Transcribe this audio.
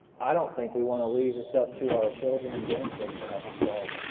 i don't think we want to leave this up to our children and grandchildren to have to solve.